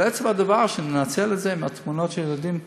אבל עצם הדבר, לנצל את זה, עם התמונות של הילדים,